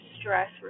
stress